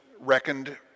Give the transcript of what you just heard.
reckoned